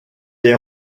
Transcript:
est